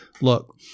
Look